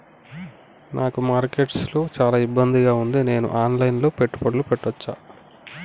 నాకు మార్కెట్స్ లో చాలా ఇబ్బందిగా ఉంది, నేను ఆన్ లైన్ లో పెట్టుబడులు పెట్టవచ్చా?